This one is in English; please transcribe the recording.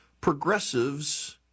Progressives